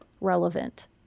relevant